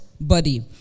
body